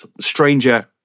stranger